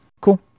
cool